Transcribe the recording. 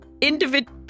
individual